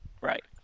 Right